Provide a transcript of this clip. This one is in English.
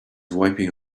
wiping